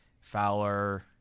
Fowler